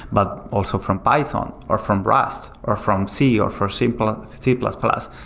but also from python, or from rust, or from c, or for simple and c plus plus.